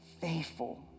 faithful